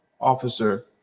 officer